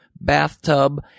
bathtub